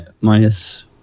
minus